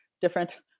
different